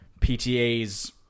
PTA's